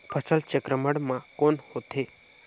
फसल चक्रण मा कौन होथे?